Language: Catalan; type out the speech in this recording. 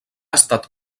estat